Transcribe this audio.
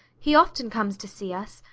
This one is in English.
he often comes to see us,